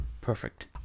Perfect